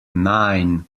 nine